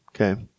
Okay